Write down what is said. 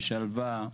בשלווה.